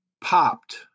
popped